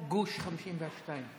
גוש ה-52.